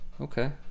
Okay